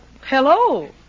hello